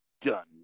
done